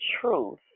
truth